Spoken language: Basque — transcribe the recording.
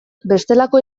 bestelako